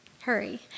hurry